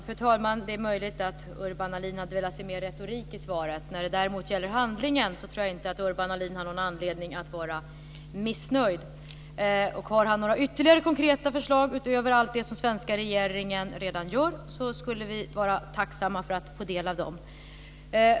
Fru talman! Det är möjligt att Urban Ahlin hade velat se mer retorik i svaret. När det däremot gäller handlingen tror jag inte att Urban Ahlin har någon anledning att vara missnöjd. Har han några ytterligare konkreta förslag, utöver allt det som svenska regeringen redan gör, skulle vi vara tacksamma om vi fick del av dem.